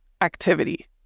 activity